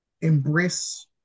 embrace